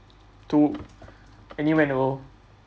to anywhere in the world